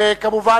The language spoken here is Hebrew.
כמובן,